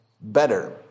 better